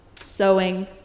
sewing